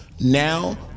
Now